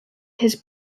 his